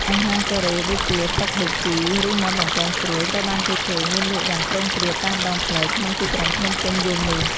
អាហារកូរ៉េដូចជាតុកបូគី ឬមាន់បំពងស្រួយត្រូវបានគេឃើញមានលក់យ៉ាងព្រោងព្រាតតាមដងផ្លូវក្នុងទីក្រុងភ្នំពេញយើងនេះ។